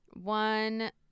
One